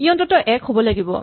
ই অন্ততঃ ১ হ'ব লাগিব